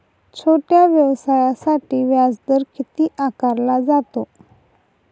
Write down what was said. छोट्या व्यवसायासाठी व्याजदर किती आकारला जातो?